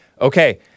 Okay